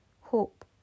hope